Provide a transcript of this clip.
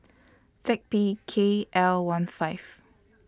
Z P K L one five